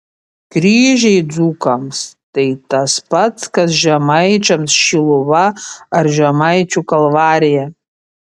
kryžiai dzūkams tai tas pats kas žemaičiams šiluva ar žemaičių kalvarija